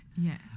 yes